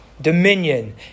dominion